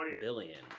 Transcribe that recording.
billion